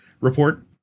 report